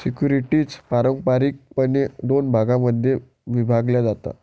securities पारंपारिकपणे दोन भागांमध्ये विभागल्या जातात